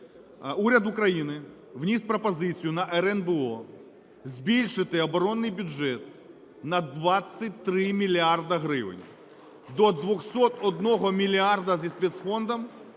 Уряд України вніс пропозицію на РНБО – збільшити оборонний бюджет на 23 мільярди гривень до 201 мільярда зі спецфондом.